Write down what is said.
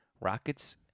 Rockets